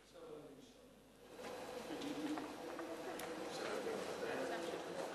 אדוני, בבקשה שלוש